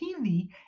TV